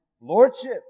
Lordship